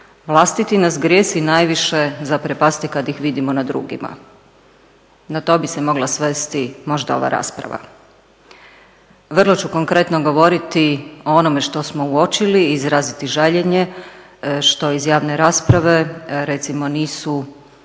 vlastiti nas grijesi najviše zaprepaste kad ih vidimo na drugima. Na to bi se mogla svesti možda ova rasprava. Vrlo ću konkretno govoriti o onome što smo uočili i izraziti žaljenje što iz javne rasprave recimo nisu